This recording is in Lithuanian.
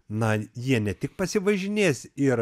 na jie ne tik pasivažinės ir